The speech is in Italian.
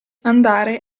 andare